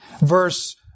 Verse